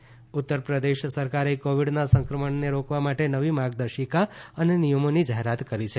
Uttar Pradesh covid Uttar Pradesh સરકારે કોવીડના સંક્રમણને રોકવા માટે નવી માર્ગદર્શીકા અને નિયમોની જાહેરાત કરી છે